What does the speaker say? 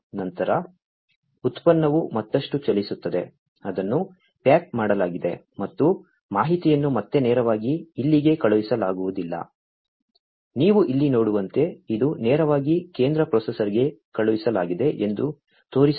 ನಂತರ ಉತ್ಪನ್ನವು ಮತ್ತಷ್ಟು ಚಲಿಸುತ್ತದೆ ಅದನ್ನು ಪ್ಯಾಕ್ ಮಾಡಲಾಗಿದೆ ಮತ್ತು ಮಾಹಿತಿಯನ್ನು ಮತ್ತೆ ನೇರವಾಗಿ ಇಲ್ಲಿಗೆ ಕಳುಹಿಸಲಾಗುವುದಿಲ್ಲ ನೀವು ಇಲ್ಲಿ ನೋಡುವಂತೆ ಇದು ನೇರವಾಗಿ ಕೇಂದ್ರ ಪ್ರೊಸೆಸರ್ಗೆ ಕಳುಹಿಸಲಾಗಿದೆ ಎಂದು ತೋರಿಸುತ್ತದೆ